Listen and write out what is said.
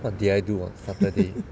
what did I do on saturday